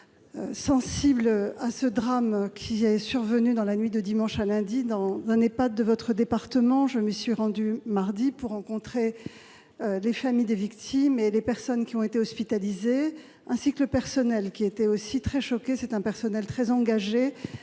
sensibles au drame survenu dans la nuit de dimanche à lundi dans un Ehpad de votre département. Je m'y suis rendue mardi pour rencontrer les familles des victimes et les personnes qui ont été hospitalisées, ainsi que le personnel, également très choqué. D'après les